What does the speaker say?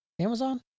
Amazon